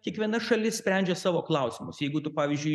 kiekviena šalis sprendžia savo klausimus jeigu tu pavyzdžiui